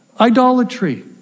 idolatry